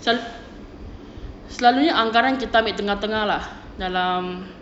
selalunya anggaran kita ambil tengah-tengah lah dalam